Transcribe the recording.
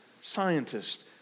Scientists